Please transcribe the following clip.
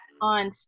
on